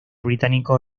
británico